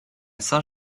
saint